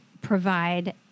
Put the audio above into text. provide